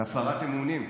על הפרת אמונים,